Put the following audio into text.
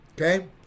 okay